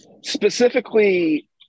Specifically